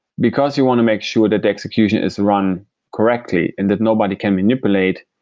because you want to make sure that the execution is run correctly and that nobody can manipulate.